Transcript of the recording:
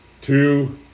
two